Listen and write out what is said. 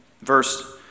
Verse